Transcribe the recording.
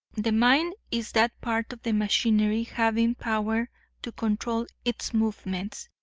the mind is that part of the machinery having power to control its movements.